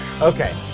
okay